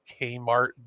kmart